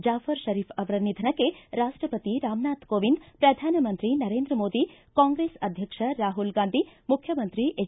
ಜಾಫರ ಶರೀಫ್ ಅವರ ನಿಧನಕ್ಕೆ ರಾಷ್ವಪತಿ ರಾಮ್ನಾಥ್ ಕೋವಿಂದ್ ಶ್ರಧಾನಮಂತ್ರಿ ನರೇಂದ್ರ ಮೋದಿ ಕಾಂಗ್ರೆಸ್ ಅಧ್ಯಕ್ಷ ರಾಹುಲ್ ಗಾಂಧಿ ಮುಖ್ಯಮಂತ್ರಿ ಎಚ್